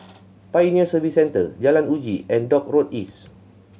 Pioneer Service Centre Jalan Uji and Dock Road East